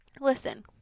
listen